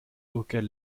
auquel